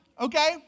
Okay